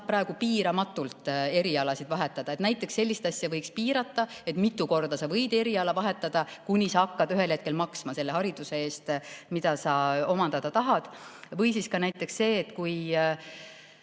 praegu piiramatult eriala vahetada. Näiteks võiks sellist asja piirata, kui mitu korda sa võid eriala vahetada, kuni sa hakkad ühel hetkel maksma selle hariduse eest, mida sa omandada tahad. Või ka näiteks see, kui